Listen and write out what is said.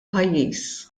pajjiż